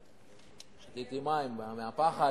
לאי-אמון,